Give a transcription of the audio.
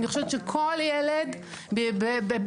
אני חושבת שכל ילד בארץ,